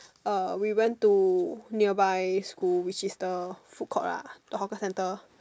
uh we went to nearby school which is the food court lah the hawker center